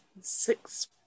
Six